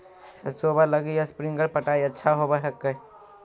सरसोबा लगी स्प्रिंगर पटाय अच्छा होबै हकैय?